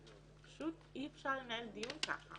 פשוט אי אפשר לנהל ככה דיון.